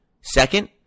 Second